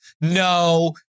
no